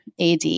AD